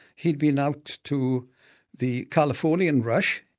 he'd been out to the californian rush,